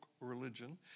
religion